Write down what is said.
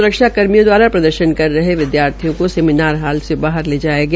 स्रक्षा कर्मियों द्वारा प्रदर्शन कर रहे विद्यार्थियों को सेमिनार हाल से बाहर ले जाया गया